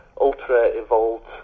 ultra-evolved